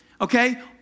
Okay